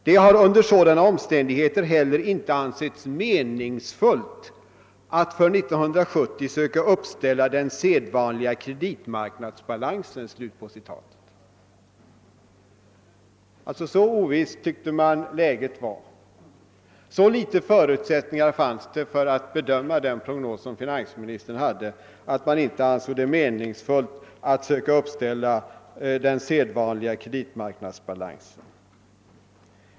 Det har under sådana omständigheter inte heller ansetts meningsfullt att för 1970 söka uppställa den sedvanliga kreditmarknadsbalansen.> Så ovisst var alltså läget, så små förutsättningar fanns det att bedöma den prognos som finansministern gjort, att man inte ansåg det meningsfyllt att söka uppställa den sedvanliga kreditmarknadsbalansen.